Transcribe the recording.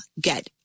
get